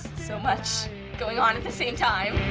so much going on at the same time.